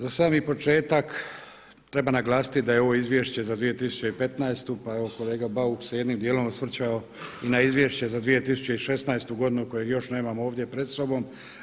Za sami početak treba naglasiti da je ovo Izvješće za 2015. pa evo kolega Bauk se jednim dijelom osvrćao i na Izvješće za 2016. godinu kojeg još nemamo ovdje pred sobom.